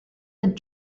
that